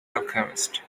alchemist